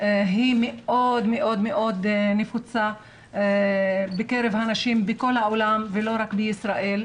מאוד מאוד נפוצה בקרב הנשים בכל העולם ולא רק בישראל.